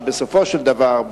שבסופו של דבר,